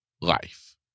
life